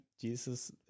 Jesus